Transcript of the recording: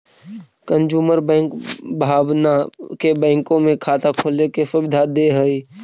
consumer bank भावना के बैंकों में खाता खोले के सुविधा दे हइ